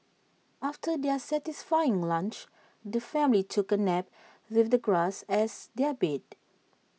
after their satisfying lunch the family took A nap with the grass as their bed